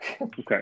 okay